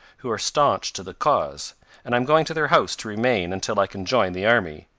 who are stanch to the cause and i am going to their house to remain until i can join the army.